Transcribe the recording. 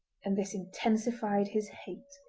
and this intensified his hate.